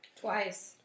Twice